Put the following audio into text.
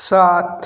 सात